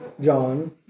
John